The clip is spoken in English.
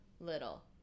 little